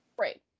Right